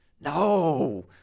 No